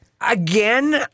Again